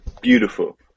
beautiful